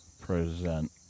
Present